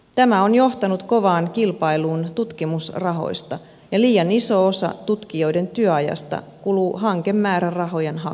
tämä on johtanut kovaan kilpailuun tutkimusrahoista ja liian iso osa tutkijoiden työajasta kuluu hankemäärärahojen hakuun